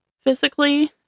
Physically